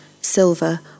silver